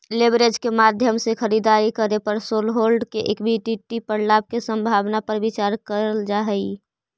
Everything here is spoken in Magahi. लेवरेज के माध्यम से खरीदारी करे पर शेरहोल्डर्स के इक्विटी पर लाभ के संभावना पर विचार कईल जा हई